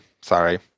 sorry